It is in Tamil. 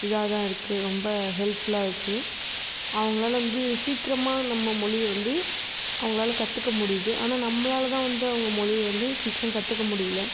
இதாக தான் இருக்குது ரொம்ப ஹெல்ப்ஃபுல்லாக இருக்குது அவங்களால வந்து சீக்கிரமாக நம்ம மொழியை வந்து அவங்களால கற்றுக்க முடியுது ஆனால் நம்மளால் தான் வந்து அவங்க மொழியை வந்து சீக்கிரம் கற்றுக்க முடியல